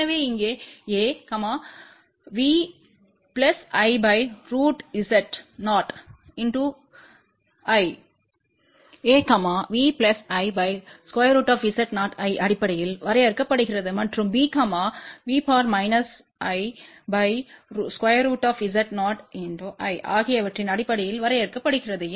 எனவே இங்கே a V¿√Z0¿ அடிப்படையில் வரையறுக்கப்படுகிறது மற்றும் b V ¿ √Z0¿ ஆகியவற்றின் அடிப்படையில் வரையறுக்கப்படுகிறது